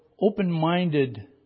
open-minded